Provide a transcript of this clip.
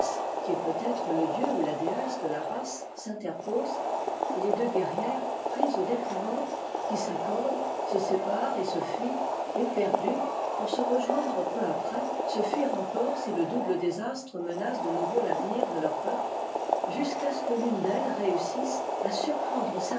qui est peut-être le dieu ou la déesse de la race s'interpose et les deux guerrières prises d'épouvantes qui s'accordent se séparent et se fuient éperdues pour se rejoindre peu après se fuir encore si le double désastre menace de nouveau l'avenir de leur peuple jusqu'à ce que l'une d'elles réussisse à surprotdre